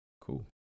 Cool